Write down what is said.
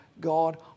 God